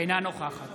אינה נוכחת